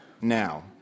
Now